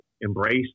Embrace